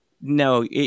no